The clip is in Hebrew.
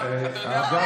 אתה יודע,